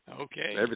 Okay